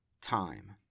Time